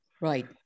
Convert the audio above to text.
Right